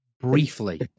briefly